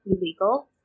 illegal